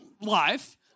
life